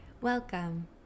Welcome